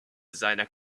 seiner